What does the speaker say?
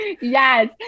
Yes